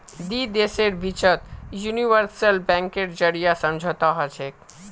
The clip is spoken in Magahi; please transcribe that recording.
दी देशेर बिचत यूनिवर्सल बैंकेर जरीए समझौता हछेक